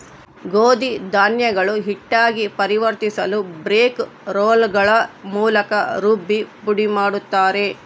ಗೋಧಿ ಧಾನ್ಯಗಳು ಹಿಟ್ಟಾಗಿ ಪರಿವರ್ತಿಸಲುಬ್ರೇಕ್ ರೋಲ್ಗಳ ಮೂಲಕ ರುಬ್ಬಿ ಪುಡಿಮಾಡುತ್ತಾರೆ